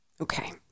Okay